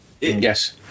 yes